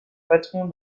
patron